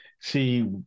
see